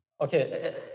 Okay